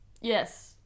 Yes